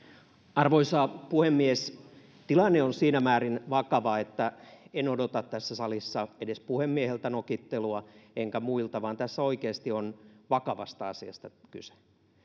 arvoisa puhemies tilanne on siinä määrin vakava että en odota tässä salissa edes puhemieheltä nokittelua enkä muilta vaan tässä oikeasti on vakavasta asiasta kyse